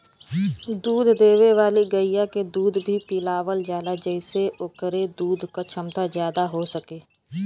दूध देवे वाली गइया के दूध भी पिलावल जाला जेसे ओकरे दूध क छमता जादा हो सके